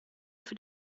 für